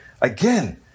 Again